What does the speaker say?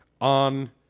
on